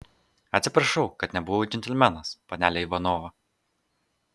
atsiprašau kad nebuvau džentelmenas panele ivanova